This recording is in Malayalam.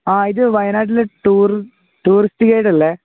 അഹ് ഇത് വയനാട്ടിലെ ടൂറിസ്റ്റ് ഗൈയ്ഡല്ലേ